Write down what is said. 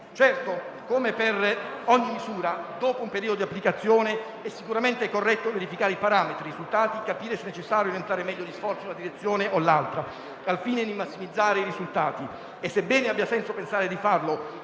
Certo, come per ogni misura, dopo un periodo di applicazione, è sicuramente corretto verificare i parametri e i risultati e capire se è necessario orientare meglio gli sforzi in una direzione o in un'altra al fine di massimizzare i risultati. E sebbene abbia senso pensare di farlo